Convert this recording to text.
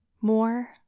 more